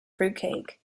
fruitcake